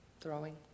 throwing